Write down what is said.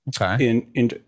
Okay